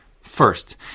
first